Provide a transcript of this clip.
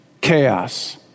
chaos